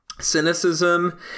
cynicism